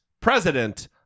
president